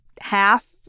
half